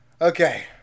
Okay